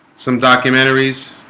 some documentaries